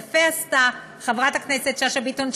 יפה עשתה חברת הכנסת שאשא ביטון,